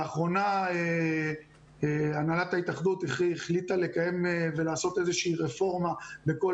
לאחרונה הנהלת ההתאחדות החליטה לקיים ולעשות איזו רפורמה בכל